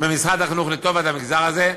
במשרד החינוך לטובת המגזר הזה.